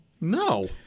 No